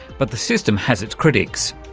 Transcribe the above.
but the system has its critics.